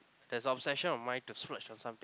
there's obsession on mind to splurge on something